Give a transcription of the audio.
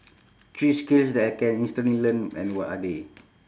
three skills that I can instantly learn and what are they